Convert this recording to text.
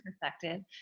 perspective